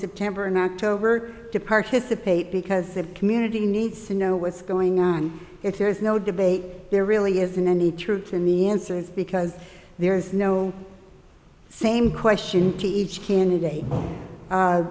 september and october to participate because of community needs to know what's going on if there is no debate there really isn't any truth to me answers because there is no same question to each candidate